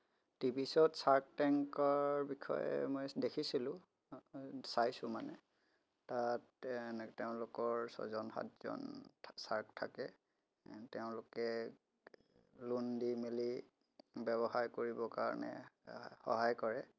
TV শ্ব'ত Shark টেংকৰ বিষয়ে মই দেখিছিলোঁ চাইছোঁ মানে তাত এনে তেওঁলোকৰ ছয়জন সাতজন থাক শ্বাৰ্ক থাকে এণ্ড তেওঁলোকে লোন দি মেলি ব্য়ৱসায় কৰিবৰ কাৰণে সহায় কৰে